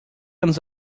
anos